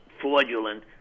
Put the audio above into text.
fraudulent